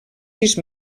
sis